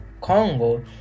Congo